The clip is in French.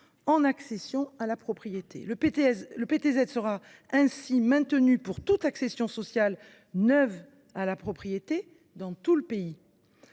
en accession à la propriété. Le PTZ sera ainsi maintenu pour toute l’accession sociale neuve à la propriété, dans tout le pays.